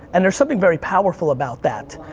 and there's something very powerful about that.